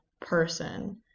person